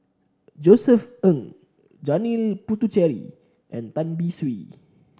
Josef Ng Janil Puthucheary and Tan Beng Swee